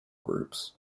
groups